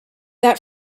that